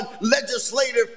legislative